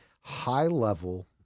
high-level